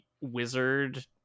wizard